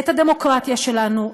את הדמוקרטיה שלנו,